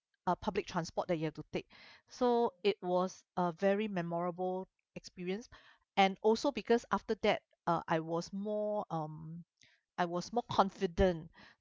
uh public transport that you have to take so it was a very memorable experience and also because after that uh I was more um I was more confident